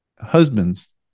Husbands